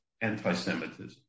anti-Semitism